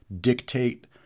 dictate